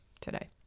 today